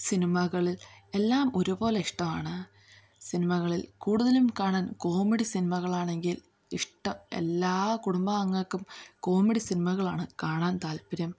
സിനിമകളിൽ എല്ലാം ഒരുപോലെ ഇഷ്ടമാണ് സിനിമകളിൽ കൂടുതലും കാണാൻ കോമഡി സിനിമകളാണെങ്കിൽ ഇഷ്ടം എല്ലാ കുടുംബാംഗങ്ങള്ക്കും കോമഡി സിനിമകളാണ് കാണാൻ താല്പര്യം